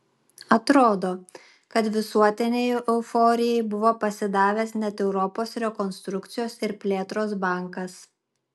atrodo kad visuotinei euforijai buvo pasidavęs net europos rekonstrukcijos ir plėtros bankas